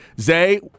Zay